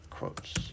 Quotes